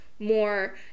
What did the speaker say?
more